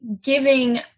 giving